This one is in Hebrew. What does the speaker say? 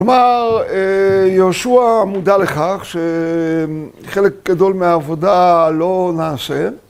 כלומר, יהושע מודע לכך שחלק גדול מהעבודה לא נעשה.